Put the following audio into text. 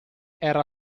era